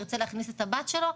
ירצה להכניס את הבת שלו,